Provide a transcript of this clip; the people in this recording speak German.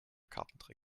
kartentrick